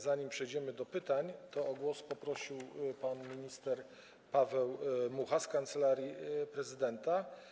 Zanim przejdziemy do pytań, o głos poprosił pan minister Paweł Mucha z Kancelarii Prezydenta.